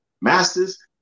masters